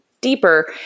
deeper